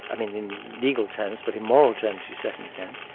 i mean in legal terms, but in moral terms you certainly can.